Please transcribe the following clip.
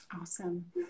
Awesome